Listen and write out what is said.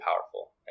powerful